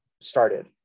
started